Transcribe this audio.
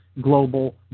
global